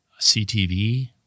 CTV